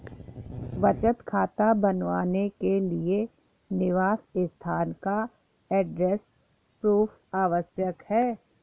बचत खाता बनवाने के लिए निवास स्थान का एड्रेस प्रूफ आवश्यक है